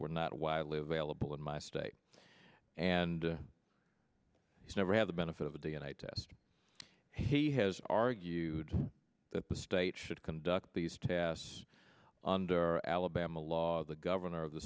were not widely available in my state and he's never had the benefit of a d n a test he has argued that the state should conduct these tests under alabama law the governor of the